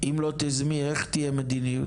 אם לא תיזמי, איך תהיה מדיניות?